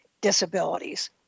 disabilities